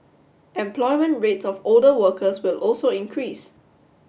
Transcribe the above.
employment rates of older workers will also increase